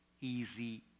easy